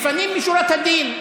לפנים משורת מהדין,